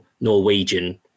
Norwegian